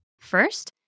First